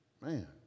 Man